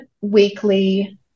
weekly